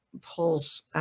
pulls